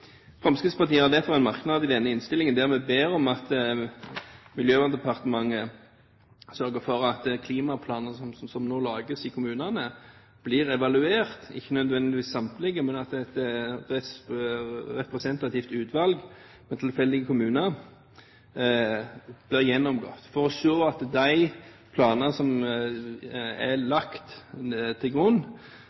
Fremskrittspartiet har derfor en merknad i denne innstillingen der vi ber om at Miljøverndepartementet sørger for at klimaplaner som nå lages i kommunene, blir evaluert – ikke nødvendigvis samtlige, men at et representativt utvalg av tilfeldige kommuner blir gjennomgått for å se at de planene som er lagt til grunn,